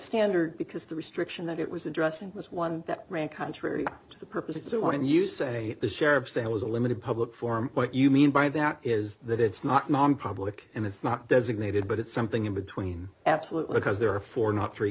standard because the restriction that it was addressing was one that ran contrary to the purpose and so when you say the sheriff's sale was a limited public form what you mean by that is that it's not mom public and it's not designated but it's something in between absolutely because there are four not three